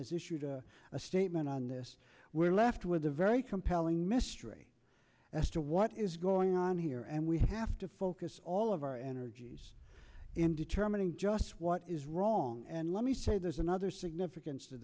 has issued a statement on this we're left with a very compelling mystery as to what is going on here and we have to focus all of our energies in determining just what is wrong and let me say there's another significance to